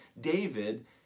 David